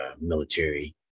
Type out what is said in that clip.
military